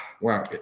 Wow